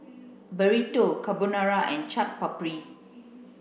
Burrito Carbonara and Chaat Papri